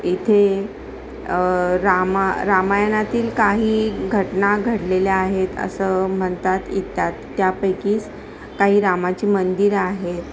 इथे रामा रामायणातील काही घटना घडलेल्या आहेत असं म्हणतात इत्यात त्यापैकीस काही रामाची मंदिरं आहेत